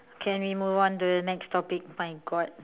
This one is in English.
can we move on to the next topic my god